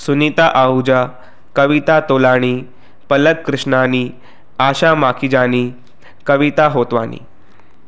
Sunita Ahuja Kavita Tolani Palak Krishnani Asha Makhijani Kavita Hotwani